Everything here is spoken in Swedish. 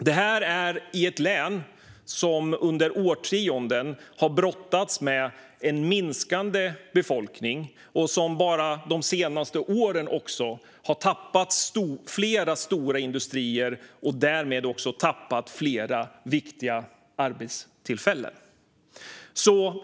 Detta är ett län som i årtionden har brottats med en minskande befolkning och som bara de senaste åren har tappat flera stora industrier och därmed också tappat flera viktiga arbetstillfällen.